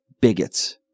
bigots